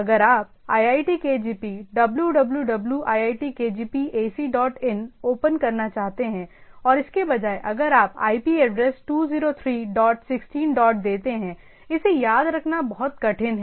अगर आप iitkgp "www iitkgp ac dot in" open करना चाहते हैं और इसके बजाय अगर आप आईपी एड्रेस 203 डॉट 16 डॉट देते है इसे याद रखना बहुत कठिन है